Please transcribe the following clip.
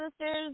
sisters